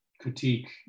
critique